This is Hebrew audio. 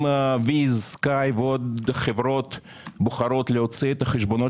אם וויז סקיי ועוד חברות בוחרות להוציא את החשבונות